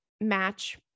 match